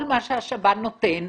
כל מה שהשב"ן נותן,